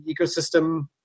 ecosystem